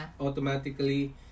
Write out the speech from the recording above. automatically